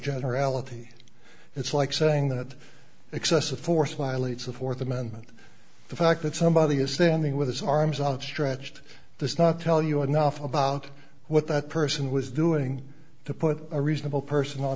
generality it's like saying that excessive force lightly it's the th amendment the fact that somebody is standing with his arms outstretched this not tell you enough about what that person was doing to put a reasonable person